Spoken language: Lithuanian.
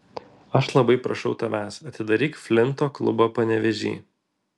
aš labai prašau tavęs atidaryk flinto klubą panevėžy